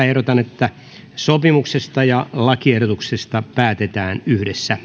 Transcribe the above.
ehdotan että sopimuksesta ja lakiehdotuksesta päätetään yhdessä